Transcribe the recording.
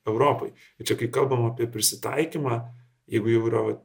europoj ir čia kai kalbama apie prisitaikymą jeigu jau yra va